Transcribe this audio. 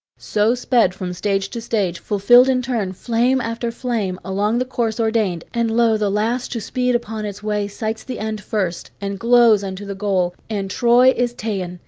so sped from stage to stage, fulfilled in turn, flame after flame, along the course ordained, and lo! the last to speed upon its way sights the end first, and glows unto the goal. and troy is ta'en,